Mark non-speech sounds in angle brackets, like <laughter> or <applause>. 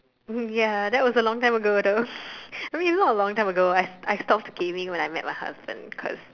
<laughs> ya that was a long time ago though <laughs> I mean not a long time ago I I stopped gaming when I met my husband cause